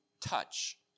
touch